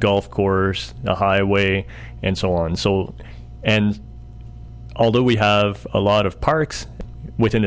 golf course highway and so on so and although we have a lot of parks within